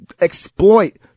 exploit